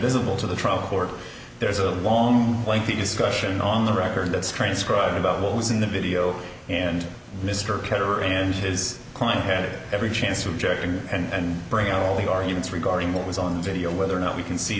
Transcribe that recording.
bill to the trial court there is a long lengthy discussion on the record that's transcribed about what was in the video and mr carter and his client had every chance objecting and bring out all the arguments regarding what was on video whether or not we can see